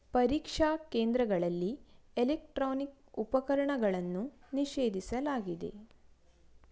ಪರೀಕ್ಷಾ ಕೇಂದ್ರಗಳಲ್ಲಿ ಎಲೆಕ್ಟ್ರಾನಿಕ್ ಉಪಕರಣಗಳನ್ನು ನಿಷೇಧಿಸಲಾಗಿದೆ